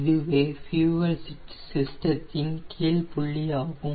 இதுவே ஃபியூயல் சிஸ்டத்தின் கீழ் புள்ளியாகும்